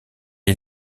est